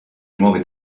nuove